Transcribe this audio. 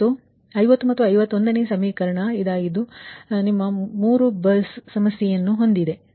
ಅದು 50 ಮತ್ತು 51ನೇ ಸಮೀಕರಣ ಇದು ನಿಮ್ಮ 3 ಬಸ್ ಸಮಸ್ಯೆಯನ್ನು ಹೊಂದಿದೆ